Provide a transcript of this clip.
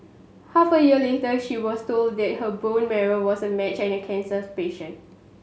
half a year later she was told that her bone marrow was a match and cancers patient